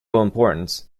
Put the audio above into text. importance